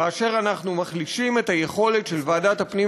כאשר אנחנו מחלישים את היכולת של ועדת הפנים